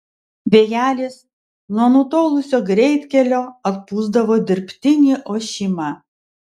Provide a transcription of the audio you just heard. vėjelis nuo nutolusio greitkelio atpūsdavo dirbtinį ošimą